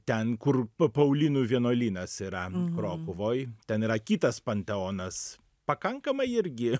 ten kur p paulinų vienuolynas yra krokuvoj ten yra kitas panteonas pakankamai irgi